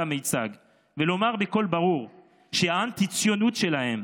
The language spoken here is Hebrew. המיצג ולומר בקול ברור שהאנטי-ציונות שלהם